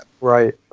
Right